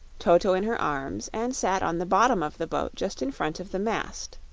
toto in her arms, and sat on the bottom of the boat just in front of the mast.